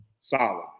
solid